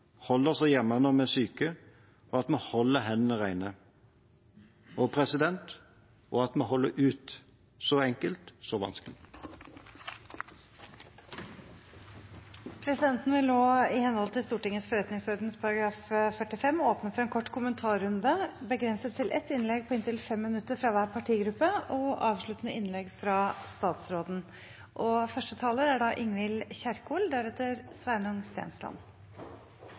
holder hendene rene – og at vi holder ut. Så enkelt – og så vanskelig. Presidenten vil nå i henhold til Stortingets forretningsorden § 45 åpne for en kort kommentarrunde, begrenset til ett innlegg på inntil 5 minutter fra hver partigruppe og avsluttende innlegg fra statsråden.